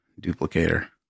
duplicator